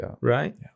Right